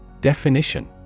Definition